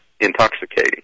intoxicating